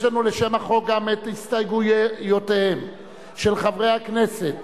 יש לנו לשם החוק גם הסתייגויותיהם של חברי הכנסת